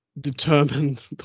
determined